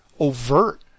overt